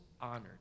honored